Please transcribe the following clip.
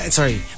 sorry